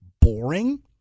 boring